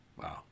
Wow